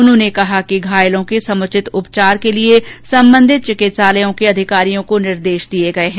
उन्होंने कहा कि घायलों के समुचित उपचार के लिए संबंधित चिकित्सालयों के अधिकारियों को निर्देश दिए गए है